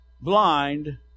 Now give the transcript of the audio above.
blind